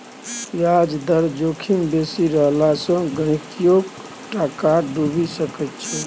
ब्याज दर जोखिम बेसी रहला सँ गहिंकीयोक टाका डुबि सकैत छै